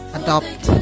adopt